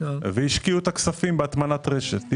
והשקיעו כספים בהטמנת רשת.